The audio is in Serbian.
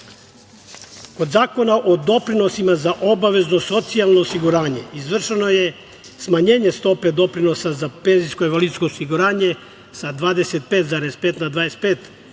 Zakona o doprinosima za obavezno socijalno osiguranje izvršeno je smanjenje stope doprinosa za penzijsko i invalidsko osiguranje sa 25,5% na 25%